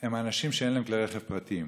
הם אנשים שאין להם כלי רכב פרטיים.